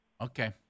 Okay